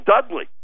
Dudley